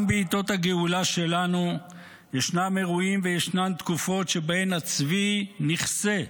גם בעיתות הגאולה שלנו ישנם אירועים וישנן תקופות שבהן הצבי נכסה,